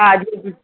हा जी जी